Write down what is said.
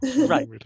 right